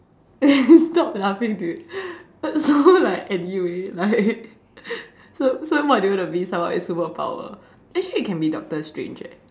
eh stop laughing dude so like anyway like so so what do you want to be like superpower actually you can be doctor strange eh